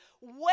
Wait